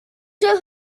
tell